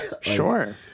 sure